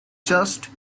just